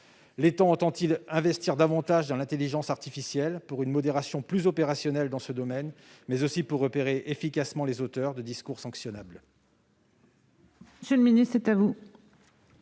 ? Entend-il investir davantage dans l'intelligence artificielle pour une modération plus opérationnelle dans ce domaine, mais aussi pour repérer efficacement les auteurs de discours appelant une